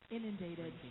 Inundated